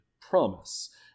promise